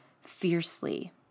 fiercely